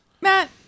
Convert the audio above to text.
Matt